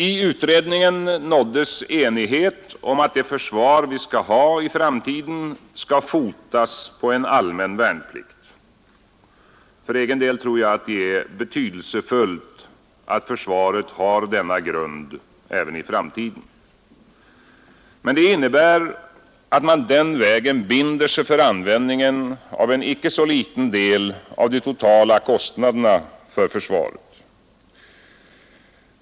I utredningen nåddes enighet om att det försvar vi skall ha i framtiden skall fotas på en allmän värnplikt. För egen del tror jag att det är betydelsefullt att försvaret har denna grund även i framtiden. Men det innebär att man den vägen binder sig för användningen av en icke så liten del av de totala kostnaderna inom försvaret.